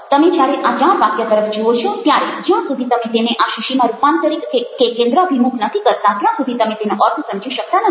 તમે જ્યારે આ ચાર વાક્ય તરફ જુઓ છો ત્યારે જ્યાં સુધી તમે તેને આ શીશીમાં રૂપાંતરિત કે કેન્દ્રાભિમુખ નથી કરતાં ત્યાં સુધી તમે તેનો અર્થ સમજી શકતાં નથી